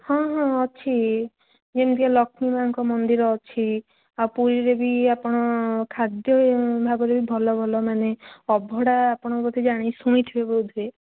ହଁ ହଁ ଅଛି ଯେମିତି ଲକ୍ଷ୍ମୀ ମା'ଙ୍କ ମନ୍ଦିର ଅଛି ଆଉ ପୁରୀରେ ବି ଆପଣ ଖାଦ୍ୟ ଭାବରେ ଭଲ ଭଲ ମାନେ ଅଭଡ଼ା ଆପଣ ବୋଧେ ଜାଣି ଶୁଣିଥିବେ ବୋଧ ହୁଏ